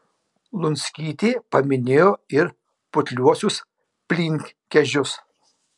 lunskytė paminėjo ir putliuosius plynkežius